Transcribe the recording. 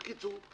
בקיצור,